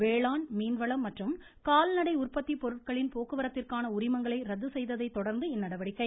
வேளாண் மீன்வளம் மற்றும் கால்நடை உற்பத்தி பொருட்களின் போக்குவரத்திற்கான உரிமங்களை ரத்து செய்தததை தொடா்ந்து இந்நடவடிக்கை